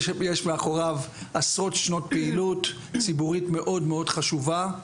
יש מאחוריו עשרות שנות פעילות ציבורית מאוד מאוד חשובה.